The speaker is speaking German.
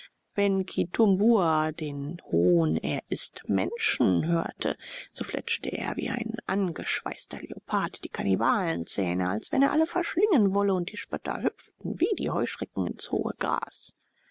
wenn kitumbua den hohn er ißt menschen hörte so fletschte er wie ein angeschweißter leopard die kannibalenzähne als wenn er alle verschlingen wolle und die spötter hüpften wie die heuschrecken ins hohe gras